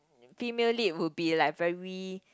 female lead would be like very